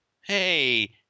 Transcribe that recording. Hey